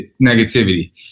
negativity